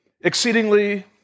exceedingly